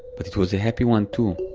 but it was a happy one too,